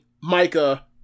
Micah